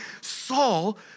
Saul